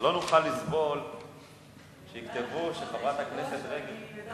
לא נוכל לסבול שיכתבו שחברת הכנסת רגב, אני מודה